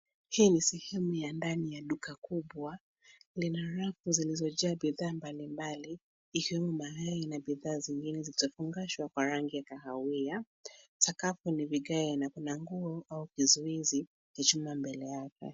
Hii ni sehemu ya duka kubwa. Lina rafu zilizojaa bidhaa mbalimbali ikiwemo mali na bidhaa zingine zilizofungashwa kwa rangi ya kahawia. Sakafu ni vigae na kuna nguo au vizuizi ya chuma mbele yake.